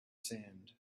sand